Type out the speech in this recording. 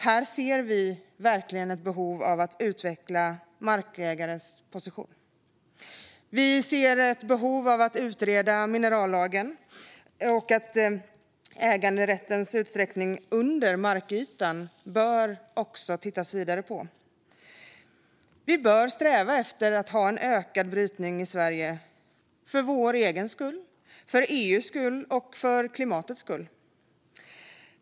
Här ser vi verkligen ett behov av att utveckla markägarens position. Vi ser ett behov av att utreda minerallagen. Äganderättens utsträckning under markytan bör också tittas vidare på. Vi bör sträva efter att ha en ökad brytning i Sverige för vår egen skull, för EU:s skull och för klimatets skull.